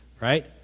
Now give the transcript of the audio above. Right